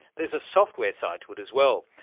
there's a software side to it as well.